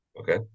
Okay